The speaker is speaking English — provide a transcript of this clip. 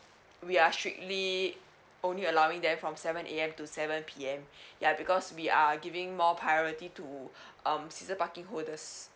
we are strictly only allowing them from seven A_M to seven P_M ya because we are giving more priority to um season parking holders